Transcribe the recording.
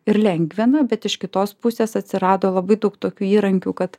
ir lengvina bet iš kitos pusės atsirado labai daug tokių įrankių kad